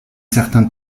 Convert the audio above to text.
certain